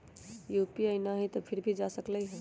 UPI न हई फिर भी जा सकलई ह?